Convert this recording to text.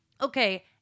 okay